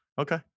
Okay